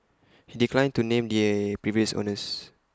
he declined to name the previous owners